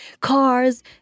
cars